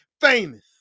Famous